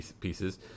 pieces